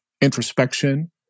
introspection